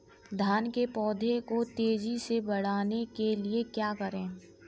धान के पौधे को तेजी से बढ़ाने के लिए क्या करें?